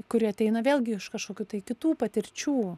kuri ateina vėlgi iš kažkokių tai kitų patirčių